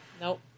Nope